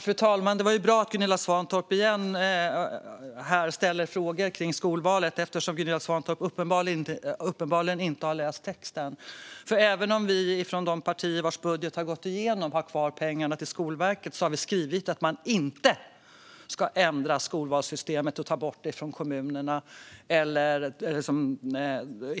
Fru talman! Det är bra att Gunilla Svantorp igen ställer frågor om skolvalet eftersom Gunilla Svantorp uppenbarligen inte har läst texten. Även om vi från de partier vars budget har gått igenom har kvar pengarna till Skolverket har vi skrivit att man inte ska ändra skolvalssystemet och ta bort det från kommunerna eller